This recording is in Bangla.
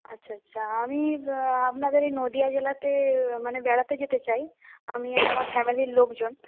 আচ্ছা আচ্ছা আমি আপনাদের এই নদীয়া জেলাতে মানে বেড়াতে যেতে চাই আমি আর আমার ফ্যামিলির লোকজন